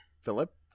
Philip